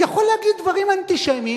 הוא יכול להגיד דברים אנטישמיים,